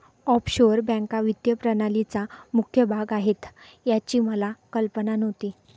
offshore बँका वित्तीय प्रणालीचा मुख्य भाग आहेत याची मला कल्पना नव्हती